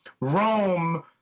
Rome